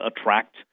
attract